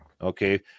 okay